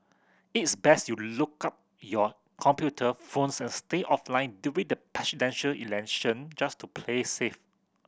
is best you look up your computer phones and stay offline during Presidential Election just to play safe